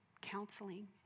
counseling